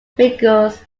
figures